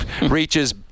reaches